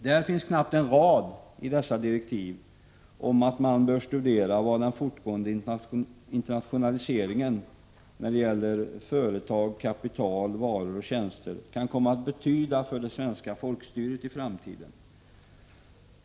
Det finns knappt en rad i dessa direktiv om att man bör studera vad den fortgående internationaliseringen i fråga om företag, kapital, varor och tjänster kan komma att betyda för det svenska folkstyret i framtiden.